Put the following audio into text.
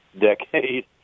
decade